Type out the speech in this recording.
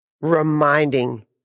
Reminding